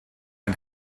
and